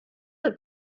had